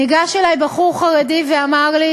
ניגש אלי בחור חרדי ואמר לי: